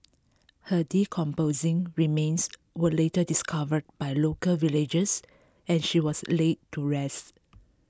her decomposing remains were later discovered by local villagers and she was laid to rest